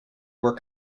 were